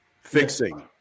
fixing